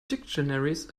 dictionaries